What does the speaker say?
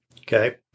Okay